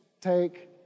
take